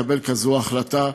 לקבל כזו החלטה.